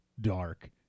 dark